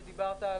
שעליו דיברת,